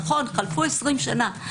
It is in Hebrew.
נכון, חלפו עשרים שנה,